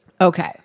Okay